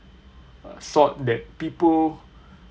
thought that people